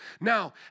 Now